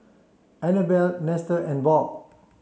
Annabella Nestor and Bob